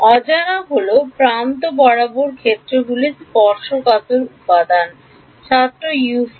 অজানা হল প্রান্তে বরাবর ক্ষেত্রগুলির স্পর্শকাতর উপাদান U1 ছাত্র U4